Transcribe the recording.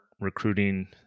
recruiting